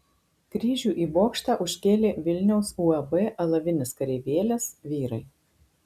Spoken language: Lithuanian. kryžių į bokštą užkėlė vilniaus uab alavinis kareivėlis vyrai